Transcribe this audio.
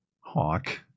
Hawk